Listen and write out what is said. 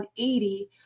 180